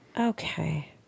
Okay